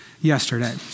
yesterday